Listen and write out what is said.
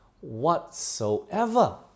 whatsoever